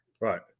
right